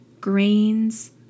grains